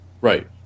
Right